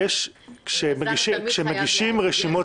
כשמגישים רשימות